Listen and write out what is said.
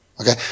Okay